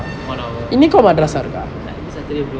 on our ya saturday bro